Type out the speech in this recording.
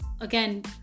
again